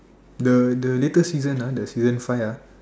the the latest season ah the season five ah